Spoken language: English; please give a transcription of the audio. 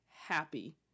happy